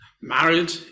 married